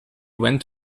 went